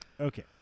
okay